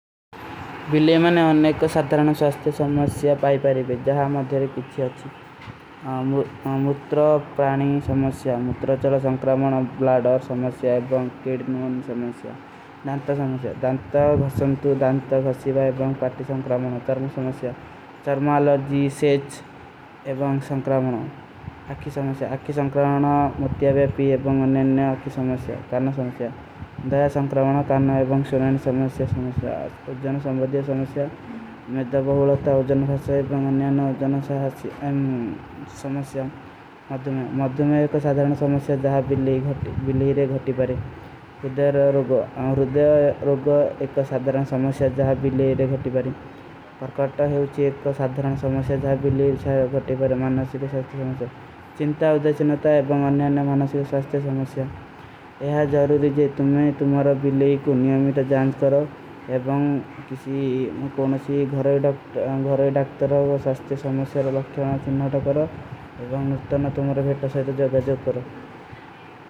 ଵିଲେ ମେଂ ଅନନେ କୋ ସଦ୍ରାନ ସ୍ଵାସ୍ତେ ସଂଵସ୍ଯା ପାଈ ପାରେବେ, ଜହାଂ ମଧ୍ଯରେ ପିଠୀ ହୋଚୀ। ମୁତ୍ରୋ, ପ୍ରାଣୀ ସଂଵସ୍ଯା, ମୁତ୍ରୋ ଚଲୋ ସଂକ୍ରାମଣ, ବ୍ଲାଡ ଔର ସଂଵସ୍ଯା, ଏବଂଗ କେଡ, ନୁନ ସଂଵସ୍ଯା। ଦାନତା ସଂଵସ୍ଯା, ଦାନତା ଭସଂତୁ, ଦାନତା ଭସିଵା, ଏବଂଗ ପାଟୀ ସଂକ୍ରାମଣ, ଚର୍ମ ସଂଵସ୍ଯା। ଚର୍ମାଲ, ଅଲର୍ଜୀ, ସେଚ, ଏବଂଗ ସଂକ୍ରାମଣ, ଆକୀ ସଂଵସ୍ଯା। ଆକୀ ସଂକ୍ରାମଣ, ମୁତ୍ଯା ଵେପୀ, ଏବଂଗ ଅନ୍ଯନ, ଆକୀ ସଂଵସ୍ଯା। ଦାଯା ସଂକ୍ରାମଣ, କାନା, ଏବଂଗ ସୁନଯନ, ସଂଵସ୍ଯା। ଉଜ୍ଞାନ ସଂଵଧ୍ଯ, ସଂଵସ୍ଯା। ମେଦା ବହୁଲତା, ଉଜ୍ଞାନ ଭସ୍ଯା, ଏବଂଗ ଅନ୍ଯନ, ଉଜ୍ଞାନ ସଂଵସ୍ଯା। ମଦ୍ଧୁମେ, ଏକ ସାଧରାନ ସଂଵସ୍ଯା, ଜହା ବିଲେଈରେ ଘଟିବାରେ। ଉଜ୍ଞାନ ସଂଵସ୍ଯା, ଉଜ୍ଞାନ ଭସ୍ଯା, ଉଜ୍ଞାନ ଭସ୍ଯା, ଉଜ୍ଞାନ ଭସ୍ଯା, ଉଜ୍ଞାନ ଭସ୍ଯା।